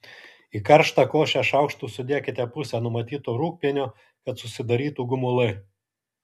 į karštą košę šaukštu sudėkite pusę numatyto rūgpienio kad susidarytų gumulai